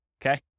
Okay